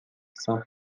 saint